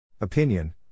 Opinion